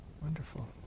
Wonderful